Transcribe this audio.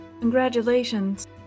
Congratulations